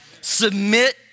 submit